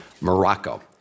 Morocco